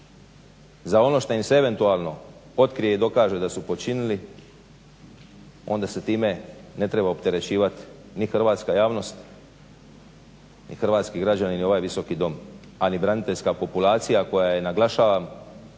za ono što im se eventualno otkrije i dokaže da su počinili, onda se time ne treba opterećivat ni hrvatska javnost ni hrvatski građani ni ovaj Visoki dom, a ni braniteljska populacija koja je naglašavam